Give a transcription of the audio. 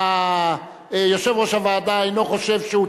למה לא?